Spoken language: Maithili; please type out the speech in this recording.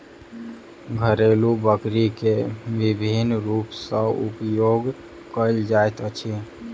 घरेलु बकरी के विभिन्न रूप सॅ उपयोग कयल जाइत अछि